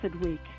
week